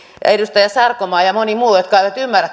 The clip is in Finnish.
edustaja sarkomaa ja ja moni muu eivät ymmärrä